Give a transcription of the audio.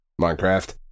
Minecraft